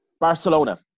Barcelona